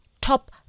top